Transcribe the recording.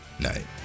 night